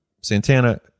Santana